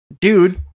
dude